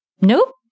Nope